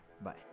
bye